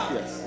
Yes